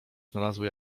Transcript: znalazły